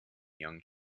young